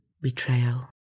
betrayal